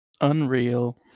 Unreal